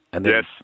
Yes